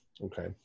Okay